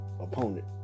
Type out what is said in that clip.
opponent